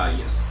yes